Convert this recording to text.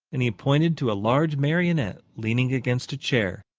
and he pointed to a large marionette leaning against a chair,